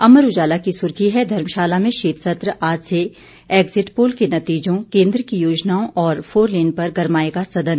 अमर उजाला की सुर्खी है धर्मशाला में शीत सत्र आज से एग्जिट पोल के नतीजों केन्द्र की योजनाओं और फोरलेन पर गरमायेगा सदन